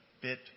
bit